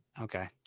Okay